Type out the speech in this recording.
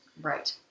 Right